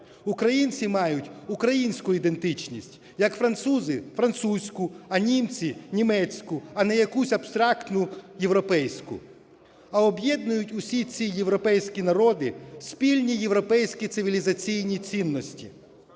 Українці мають українську ідентичність, як французи – французьку, а німці – німецьку, а не якусь абстрактну європейську. А об'єднують усі ці європейські народи спільні європейські цивілізаційні цінності.